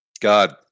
God